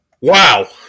Wow